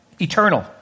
Eternal